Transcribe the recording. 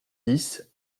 dix